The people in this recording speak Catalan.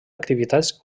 activitats